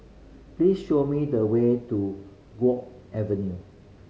please show me the way to Guok Avenue